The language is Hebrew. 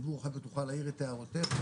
אחר כך תוכל להעיר את הערותיך,